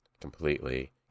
completely